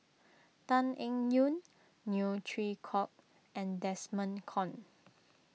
Tan Eng Yoon Neo Chwee Kok and Desmond Kon